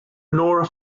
nora